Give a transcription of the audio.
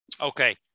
Okay